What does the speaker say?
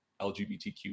LGBTQ